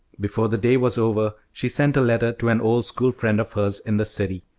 before the day was over she sent a letter to an old school friend of hers in the city,